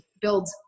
build